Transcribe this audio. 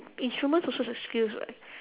instruments also is a skills [what]